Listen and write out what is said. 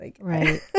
Right